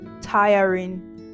tiring